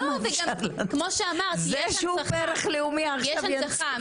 זה שהוא פרח לאומי עכשיו ינציחו-- יש הנצחה.